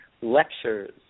lectures